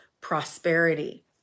prosperity